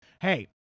hey